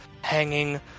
hanging